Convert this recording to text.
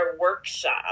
workshop